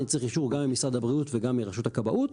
אני צריך אישור גם ממשרד הבריאות וגם מרשות הכבאות.